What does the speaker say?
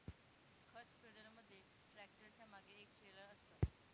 खत स्प्रेडर मध्ये ट्रॅक्टरच्या मागे एक ट्रेलर असतं